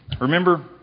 Remember